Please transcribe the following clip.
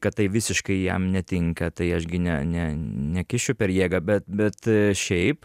kad tai visiškai jam netinka tai aš gi ne ne nekišiu per jėgą bet bet šiaip